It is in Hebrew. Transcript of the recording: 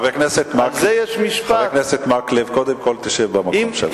חבר הכנסת מקלב, קודם כול שב במקום שלך.